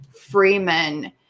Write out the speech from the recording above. Freeman